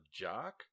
jock